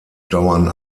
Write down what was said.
dauern